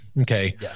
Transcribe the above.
okay